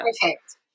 perfect